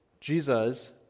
jesus